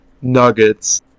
Nuggets